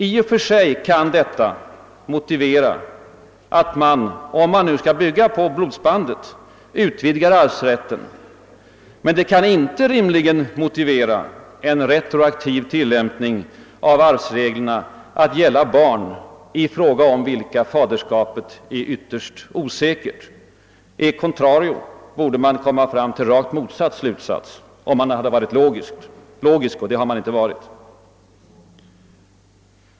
I och för sig kan detta motivera att man, om man nu skall bygga på blodsbandet, utvidgar arvsrätten, men det kan inte rimligen motivera en retroaktiv tillämpning av arvsreglerna att gälla barn i fråga om vilka faderskapet är ytterst osäkert. E contrario borde man komma fram till rakt motsatt slutsats, om man hade varit logisk. Men det har man inte varit.